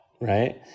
right